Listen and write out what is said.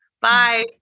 Bye